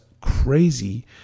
crazy